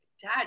Dad